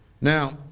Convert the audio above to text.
Now